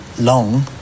long